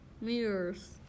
mirrors